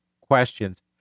questions